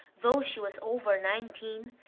though she was over nineteen,